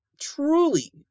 truly